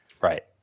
right